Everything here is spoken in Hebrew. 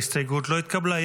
ההסתייגות לא התקבלה.